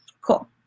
cool